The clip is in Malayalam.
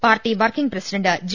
party working president J